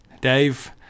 Dave